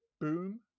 boom